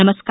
नमस्कार